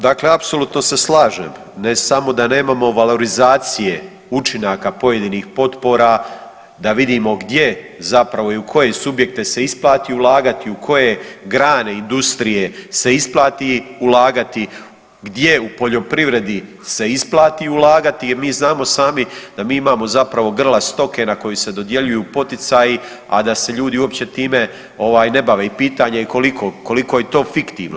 Dakle, apsolutno se slažem, ne samo da nemamo valorizacije učinaka pojedinih potpora da vidimo gdje zapravo i u koje subjekte se isplati ulagati i u koje grane industrije se isplati ulagati, gdje u poljoprivredi se isplati ulagati jer mi znamo sami da mi imamo zapravo grla stoke na koju se dodjeljuju poticaju, a da se ljudi uopće time ovaj ne bave i pitanje je koliko, koliko je to fiktivno.